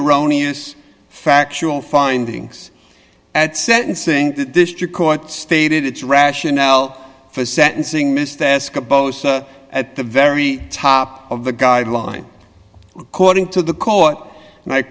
erroneous factual findings at sentencing the district court stated its rationale for sentencing missed ask a post at the very top of the guideline according to the court